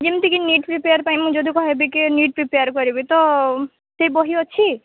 ଯେମିତିକି ନ NEET prepare ପାଇଁ ମୁଁ ଯଦି କହ ହେବି କିି ନ ନିଟ୍ ପ୍ରିପେୟାର କରିବି ତ ସେଇ ବହି ଅଛି